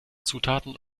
zutaten